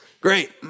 great